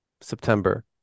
September